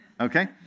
Okay